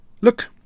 look